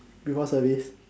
you got service